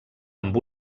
amb